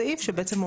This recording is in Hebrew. ולא הספיקו